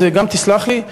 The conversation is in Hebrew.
תסלח לי,